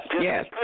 Yes